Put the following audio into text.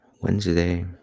Wednesday